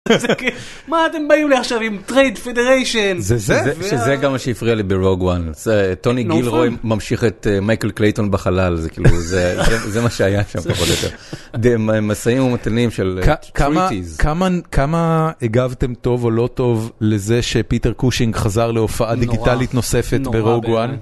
מה אתם באים לי עכשיו עם trade federation, זה גם מה שהפריע לי ברוג וואן, טוני גיל רוי ממשיך את מייקל קלייטון בחלל זה כאילו זה מה שהיה שם קודם כל. משאים ומתנים של... כמה הגעתם טוב או לא טוב לזה שפיטר קושינג חזר להופעה דיגיטלית נוספת ברוג וואן? נורא...